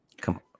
Come